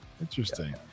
interesting